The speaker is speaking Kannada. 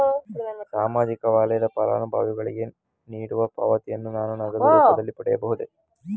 ಸಾಮಾಜಿಕ ವಲಯದ ಫಲಾನುಭವಿಗಳಿಗೆ ನೀಡುವ ಪಾವತಿಯನ್ನು ನಾನು ನಗದು ರೂಪದಲ್ಲಿ ಪಡೆಯಬಹುದೇ?